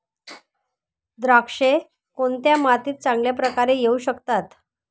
द्राक्षे कोणत्या मातीत चांगल्या प्रकारे येऊ शकतात?